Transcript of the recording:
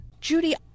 Judy